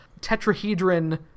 tetrahedron